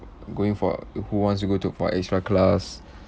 going for who wants to go to for extra class